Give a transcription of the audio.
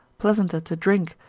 pleasanter to drink,